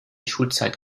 schulzeit